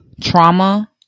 trauma